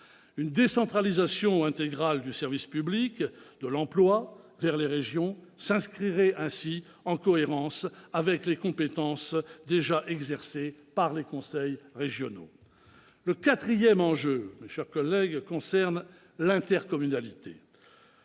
Une décentralisation intégrale du service public de l'emploi vers les régions s'inscrirait ainsi en cohérence avec les compétences déjà exercées par les conseils régionaux. Le quatrième enjeu concerne l'intercommunalité.